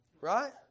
Right